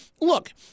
look—